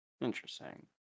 Interesting